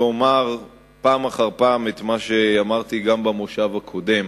ואומר פעם אחר פעם את מה שאמרתי גם במושב הקודם.